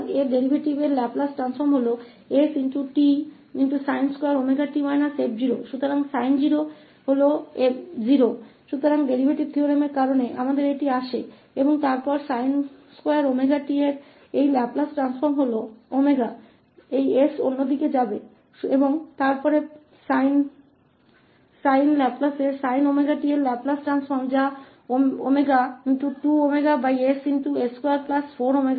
तो यह inverse Laplace का डेरीवेटिव 𝑠 है इनवर्स लाप्लास 𝑓 𝑡sin2𝜔t − 𝑓 तो 𝑓 है sin 0 है 0 तो हमारे पास यह डेरीवेटिव प्रमेय के कारण है और फिर sin2𝜔t का यह लाप्लास हम इसे 𝜔 प्राप्त कर सकते हैं यह s दूसरी तरफ जाएगा